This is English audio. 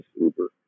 Uber